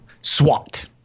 SWAT